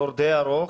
תור די ארוך,